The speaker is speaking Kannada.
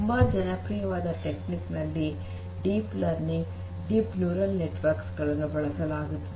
ತುಂಬಾ ಜನಪ್ರಿಯವಾದ ತಂತ್ರಗಳಲ್ಲಿ deep learning deep neural network ನನ್ನು ಬಳಸಲಾಗುತ್ತದೆ